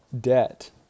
debt